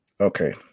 Okay